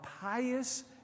pious